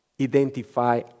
identify